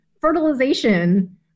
fertilization